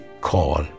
Call